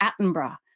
Attenborough